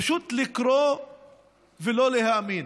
פשוט לקרוא ולא להאמין.